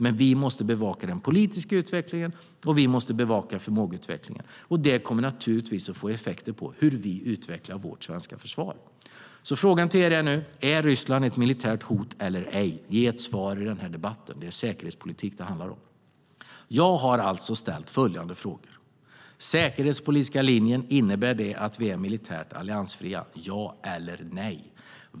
Men vi måste bevaka den politiska utvecklingen, och vi måste bevaka förmågeutvecklingen. Det kommer naturligtvis att få effekter på hur vi utvecklar vårt svenska försvar. Är Ryssland ett militärt hot eller ej? Ge ett svar i debatten. Det handlar om säkerhetspolitik. Jag har alltså ställt följande frågor: Innebär den säkerhetspolitiska linjen att vi är militärt alliansfria - ja eller nej?